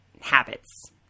habits